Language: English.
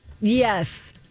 Yes